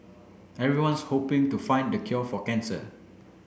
everyone's hoping to find the cure for cancer